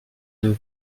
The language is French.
une